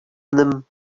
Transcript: them